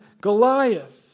Goliath